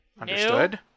understood